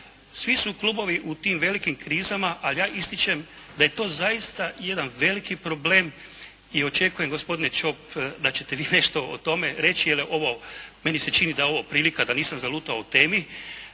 Svi su klubovi u tim velikim krizama, a ja ističem da je to zaista jedan veliki problem i očekujem gospodine Čop da ćete vi nešto o tome reći, jer je ovo, meni se čini da je ovo prilika da nisam zalutao u temi.